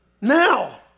Now